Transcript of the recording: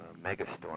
Megastorm